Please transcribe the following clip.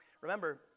Remember